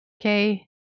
Okay